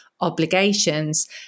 obligations